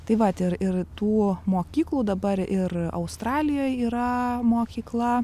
taip vat ir ir tų mokyklų dabar ir australijoj yra mokykla